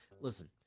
listen